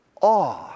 awe